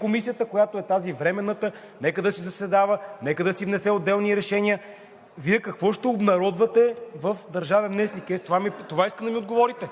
Комисията, която е тази временната, нека да си заседава, нека да си внесе отделни решения. Вие какво ще обнародвате в „Държавен вестник“?! Това искам да отговорите.